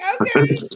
Okay